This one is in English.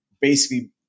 basically-